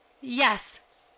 Yes